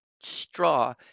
straw